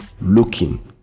looking